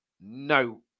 No